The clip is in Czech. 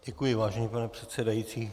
Děkuji, vážený pane předsedající.